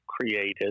created